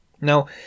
Now